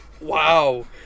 Wow